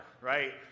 right